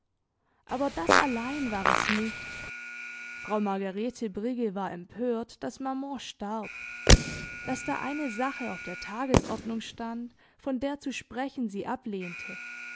aber das allein war es nicht frau margarete brigge war empört daß maman starb daß da eine sache auf der tagesordnung stand von der zu sprechen sie ablehnte